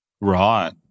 Right